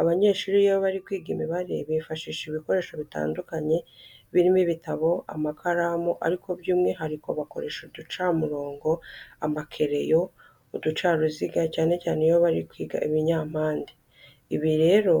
Abanyeshuri iyo bari kwiga imibare bifashisha ibikoresho bitandukanye birimo ibitabo, amakaramu ariko by'umwihariko bakoresha uducamurongo, amakereyo, uducaruziga cyane cyane iyo bari kwiga ibinyampande. Ibi rero